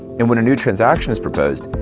and when a new transaction is proposed,